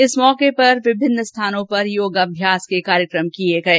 इस अवसर पर विभिन्न स्थानों पर योग अभ्यास के कार्यक्रम किये गये